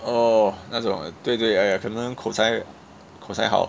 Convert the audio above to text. orh 那种对对 !aiya! 可能口才口才好